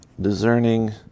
discerning